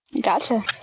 Gotcha